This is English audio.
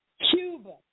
Cuba